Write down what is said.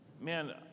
man